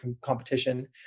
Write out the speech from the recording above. competition